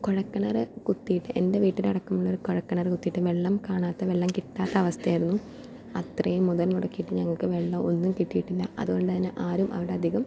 കുഴൽ കിണർ കുത്തിയിട്ട് എൻ്റെ വീട്ടിലടക്കമുള്ളവർ കുഴൽ കിണർ കുത്തിയിട്ട് വെള്ളം കാണാത്ത വെള്ളം കിട്ടാത്ത അവസ്ഥയായിരുന്നു അത്രയും മുതൽ മുടക്കിയിട്ട് ഞങ്ങൾക്ക് വെള്ളം ഒന്നും കിട്ടിയിട്ടില്ല അതുകൊണ്ട് തന്നെ ആരും അവിടെ അധികം